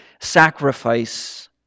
sacrifice